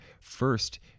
First